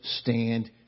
stand